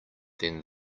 then